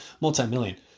multi-million